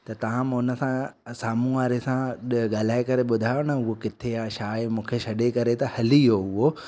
त तां मूं उन खां साम्हूं वारे सां ॻाल्हाए करे ॿुधायो न उहो किथे आहे छा आहे मूंखे छॾे करे त हली वियो उहो